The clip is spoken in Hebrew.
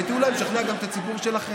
הייתי אולי משכנע גם את הציבור שלכם.